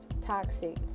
Toxic